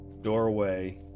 doorway